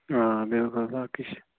آ بِلکُل باقٕے چھِ